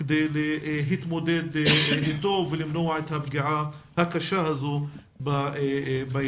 כדי להתמודד איתו ולמנוע את הפגיעה הקשה הזו בילדים.